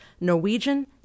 norwegian